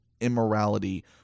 immorality